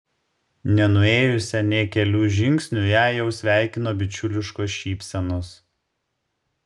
nenuėjusią nė kelių žingsnių ją jau sveikino bičiuliškos šypsenos